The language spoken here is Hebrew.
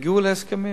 והגיעו להסכמים.